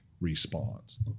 response